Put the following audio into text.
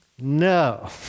No